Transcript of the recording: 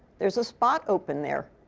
there's a spot open there.